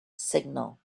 signal